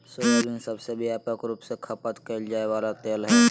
soybean सबसे व्यापक रूप से खपत कइल जा वला तेल हइ